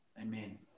Amen